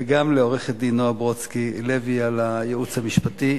וגם לעורכת-הדין נועה ברודסקי לוי על הייעוץ המשפטי.